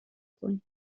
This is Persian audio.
کنی